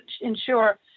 ensure